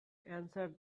answer